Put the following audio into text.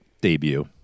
debut